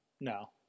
No